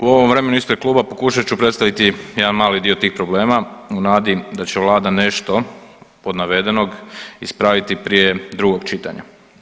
U ovom vremenu ispred kluba pokušat ću predstaviti jedan mali dio tih problema u nadi da će vlada nešto od navedenog ispraviti prije drugog čitanja.